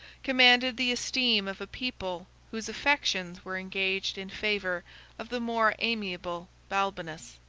commanded the esteem of a people whose affections were engaged in favor of the more amiable balbinus.